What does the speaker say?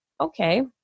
okay